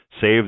save